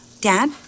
Dad